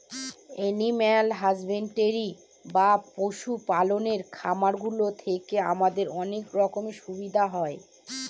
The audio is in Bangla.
এনিম্যাল হাসব্যান্ডরি বা পশু পালনের খামার গুলো থেকে আমাদের অনেক রকমের সুবিধা হয়